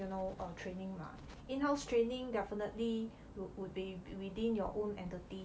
you know training lah inhouse training definitely would would be within your own entity